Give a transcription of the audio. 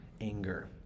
anger